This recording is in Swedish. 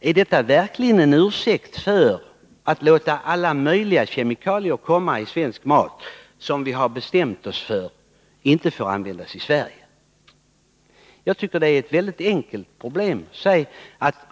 Är det verkligen en ursäkt för att låta alla möjliga kemikalier finnas i svensk mat, trots att vi har bestämt oss för att de inte får användas i Sverige? Jag tycker det är enkelt.